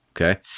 Okay